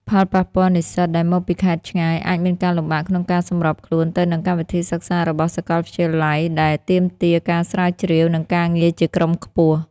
ផលប៉ះពាល់និស្សិតដែលមកពីខេត្តឆ្ងាយអាចមានការលំបាកក្នុងការសម្របខ្លួនទៅនឹងកម្មវិធីសិក្សារបស់សាកលវិទ្យាល័យដែលទាមទារការស្រាវជ្រាវ និងការងារជាក្រុមខ្ពស់។